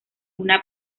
una